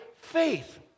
faith